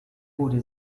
wurde